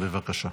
בבקשה.